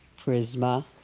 Prisma